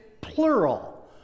plural